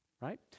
right